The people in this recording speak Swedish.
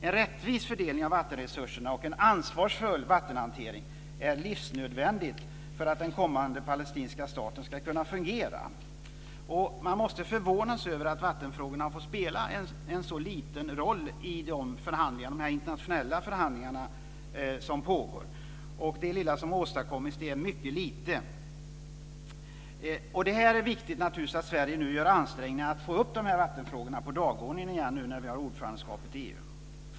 En rättvis fördelning av vattenresurserna och en ansvarsfull vattenhantering är livsnödvändigt för att den kommande palestinska staten ska kunna fungera. Och man måste förvånas över att vattenfrågorna får spela en så liten roll i de internationella förhandlingar som pågår. Det lilla som har åstadkommits är mycket lite. Det är viktigt att Sverige nu gör ansträngningar att föra upp dessa vattenfrågor på dagordningen igen nu när vi har ordförandeskapet i EU.